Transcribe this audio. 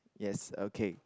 yes okay